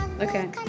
Okay